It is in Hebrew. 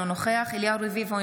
אינו נוכח אליהו רביבו,